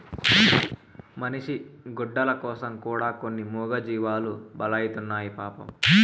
మనిషి గుడ్డల కోసం కూడా కొన్ని మూగజీవాలు బలైతున్నాయి పాపం